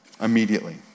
immediately